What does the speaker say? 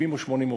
70 או 80 עובדים.